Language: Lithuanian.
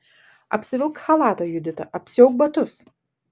apsivilk chalatą judita apsiauk batus